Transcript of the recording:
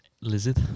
lizard